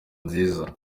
nziza